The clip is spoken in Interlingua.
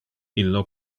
illo